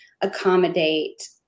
accommodate